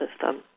system